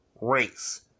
race